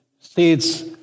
states